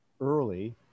early